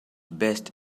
best